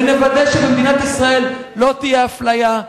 ונוודא שבמדינת ישראל לא תהיה אפליה,